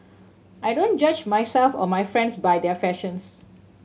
I don't judge myself or my friends by their fashions